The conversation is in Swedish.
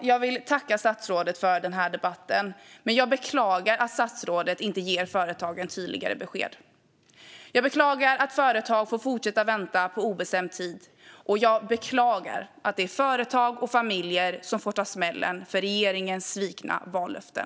Jag vill tacka statsrådet för debatten, men jag beklagar att statsrådet inte ger företagen tydligare besked. Jag beklagar att företag får fortsätta att vänta på obestämd tid, och jag beklagar att det är företag och familjer som får ta smällen för regeringens svikna vallöften.